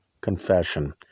confession